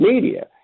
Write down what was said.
media